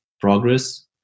progress